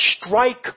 Strike